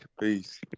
Peace